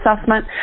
assessment